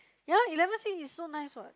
ya lor eleven C is so nice what